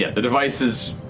yeah the device is